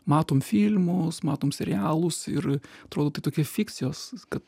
matom filmus matom serialus ir atrodo tai tokie fikcijos kad